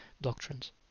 doctrines